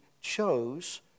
chose